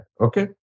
okay